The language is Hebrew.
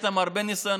יש להם הרבה ניסיון,